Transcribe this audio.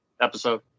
episode